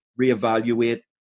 reevaluate